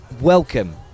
welcome